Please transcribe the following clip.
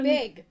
big